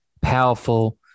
powerful